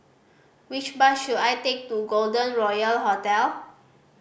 which bus should I take to Golden Royal Hotel